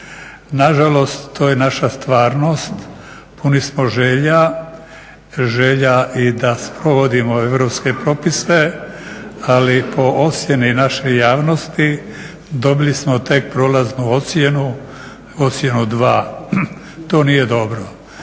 nažalost to je naša stvarnost. Puni smo želja, želja i da sprovodimo europske propise ali po ocjeni naše javnosti dobili smo tek prolaznu ocjenu, ocjenu 2. To nije dobro,